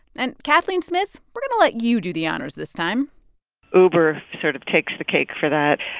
and, kathleen smith, we're going to let you do the honors this time uber sort of takes the cake for that.